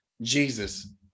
Jesus